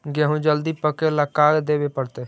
गेहूं जल्दी पके ल का देबे पड़तै?